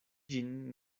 ĝin